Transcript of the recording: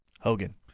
Hogan